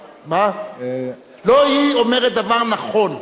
היא אומרת דבר נכון,